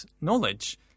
knowledge